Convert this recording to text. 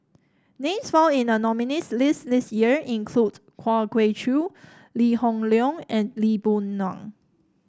names found in the nominees' list this year include Kwa Geok Choo Lee Hoon Leong and Lee Boon Ngan